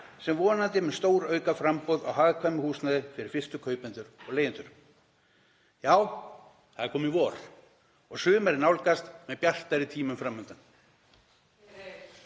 sem vonandi mun stórauka framboð á hagkvæmu húsnæði fyrir fyrstu kaupendur og leigjendur. Já, það er komið vor og sumarið nálgast með bjartari tímum fram undan.